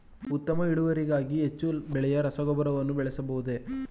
ಉತ್ತಮ ಇಳುವರಿಗಾಗಿ ಹೆಚ್ಚು ಬೆಲೆಯ ರಸಗೊಬ್ಬರಗಳನ್ನು ಬಳಸಬಹುದೇ?